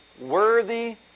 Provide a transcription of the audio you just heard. worthy